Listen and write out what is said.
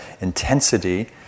intensity